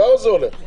ככה זה הולך,